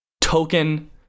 token